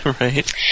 Right